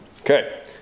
Okay